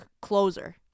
closer